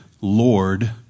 Lord